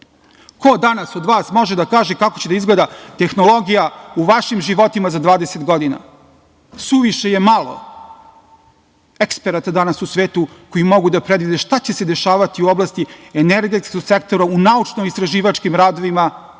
Ko danas od vas može da kaže kako će da izgleda tehnologija u vašim životima za dvadeset godina? Suviše je malo eksperata danas u svetu koji mogu da predvide šta će se dešavati u oblasti energetskog sektora, u naučno-istraživačkim radovima